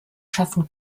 schaffen